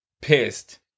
pissed